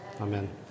Amen